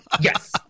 Yes